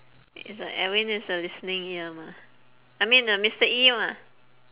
it's like edwin is a listening ear mah I mean um mister E mah